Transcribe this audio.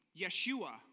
Yeshua